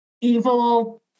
evil